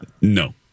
No